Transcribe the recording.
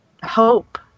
hope